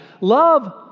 Love